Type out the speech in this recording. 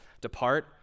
depart